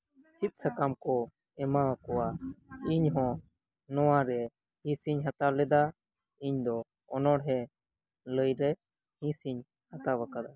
ᱥᱤᱫ ᱥᱟᱠᱟᱢ ᱠᱚ ᱮᱢᱟ ᱟᱠᱚᱣᱟ ᱤᱧ ᱦᱚᱸ ᱱᱚᱶᱟ ᱨᱮ ᱦᱤᱸᱥ ᱤᱧ ᱦᱟᱛᱟᱣ ᱞᱮᱫᱟ ᱤᱧ ᱫᱚ ᱚᱱᱚᱬᱮ ᱞᱟᱹᱭ ᱨᱮ ᱦᱤᱸᱥ ᱤᱧ ᱦᱟᱛᱟᱣ ᱟᱠᱟᱫᱟ